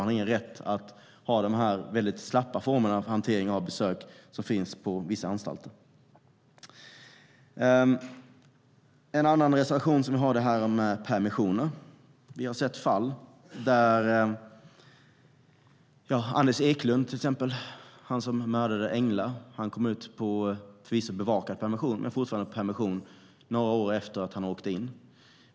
Man har ingen rätt att ha den här väldigt slappa hanteringen av besök som finns på vissa anstalter. En annan av våra reservationer handlar om permissioner. Vi har sett fall som Anders Eklunds - han som mördade Engla. Han kom ut på förvisso bevakad permission men ändå permission några år efter att han åkte in.